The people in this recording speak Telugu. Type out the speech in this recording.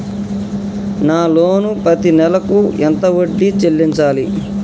నా లోను పత్తి నెల కు ఎంత వడ్డీ చెల్లించాలి?